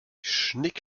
schnick